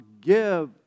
give